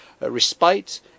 respite